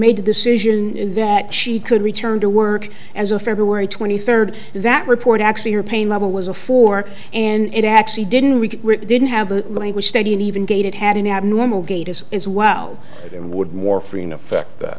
made the decision that she could return to work as of february twenty third that report actually her pain level was a four and it actually didn't we didn't have a language study and even gaited had an abnormal gait as is well and